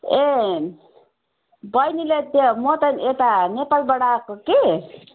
ए बैनीलाई त्यो म त यता नेपालबाट आएको कि